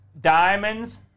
diamonds